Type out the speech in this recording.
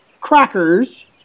crackers